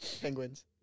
Penguins